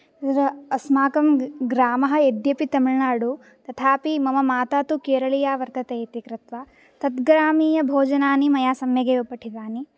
तत्र अस्माकं ग्रामः यद्यपि तमिलनाडु तथापि मम माता तु केरलीया वर्तते इति कृत्वा तद्ग्रामीय भोजनानि मया सम्यगेव पठितानि